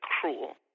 cruel